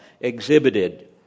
exhibited